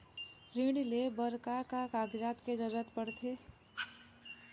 ऋण ले बर का का कागजात के जरूरत पड़थे?